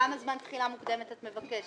כמה זמן תחילה מוקדמת את מבקשת?